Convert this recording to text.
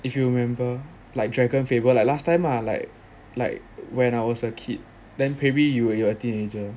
if you remember like dragon faber like last time lah like like when I was a kid then maybe you you were a teenager